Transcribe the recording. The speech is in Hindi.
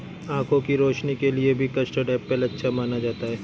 आँखों की रोशनी के लिए भी कस्टर्ड एप्पल अच्छा माना जाता है